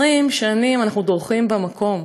20 שנים אנחנו דורכים במקום: